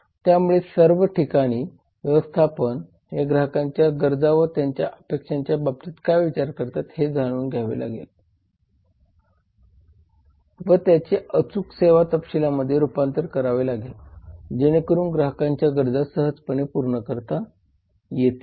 त्यामुळे सर्व ठिकाणी व्यवस्थापन हे ग्राहकांच्या गरजा व त्यांच्या अपेक्षांच्या बाबतीत काय विचार करतात हे जाणून घ्यावे लागेल व त्याचे अचूक सेवा तपशीलांमध्ये रुपांतर करावे लागेल जेणेकरून ग्राहकांच्या गरजा सहजतेणे पूर्ण करता येतील